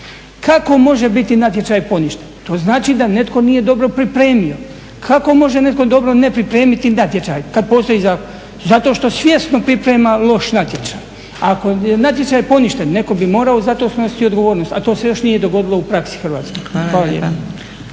Kako može biti natječaj poništen? To znači da netko nije dobro pripremio. Kako može netko dobro ne pripremiti natječaj kad postoji zakon? Zato što svjesno priprema loš natječaj. Ako je natječaj poništen netko bi morao …/Govornik se ne razumije./… i odgovornost, a to se još nije dogodilo u praksi hrvatskoj.